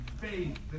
faith